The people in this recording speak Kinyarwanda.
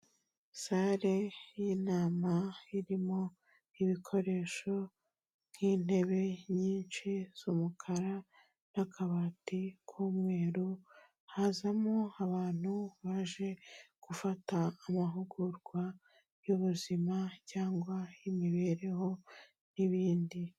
Sale y'in'inama irimo ibikoresho nk'intebe nyinshi z'umukara n'akabati k'umweru, hazamo abantu baje gufata amahugurwa y'ubuzima cyangwa y'imibereho n'ibindi.